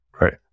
right